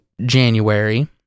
January